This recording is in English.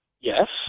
Yes